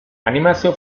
animazio